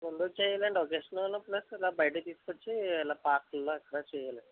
రెండూ చెయ్యాలండి అకేషన్లు ప్లస్ ఇలా బైటకి తీస్కొచ్చి ఇలా పార్కుల్లో అక్కడా చెయ్యాలండి